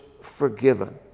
forgiven